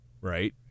right